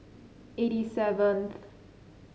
eighty seventh